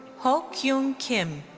ho keun kim,